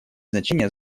значение